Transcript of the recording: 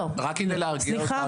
רק כדי להרגיע אותך,